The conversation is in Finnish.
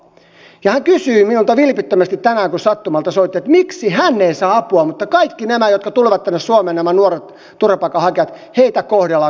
hän kysyi minulta vilpittömästi tänään kun sattumalta soitti että miksi hän ei saa apua mutta kaikkia näitä jotka tulevat tänne suomeen näitä nuoria turvapaikanhakijoita kohdellaan kuin kuninkaita täällä